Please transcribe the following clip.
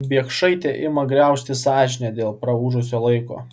biekšaitę ima graužti sąžinė dėl praūžto laiko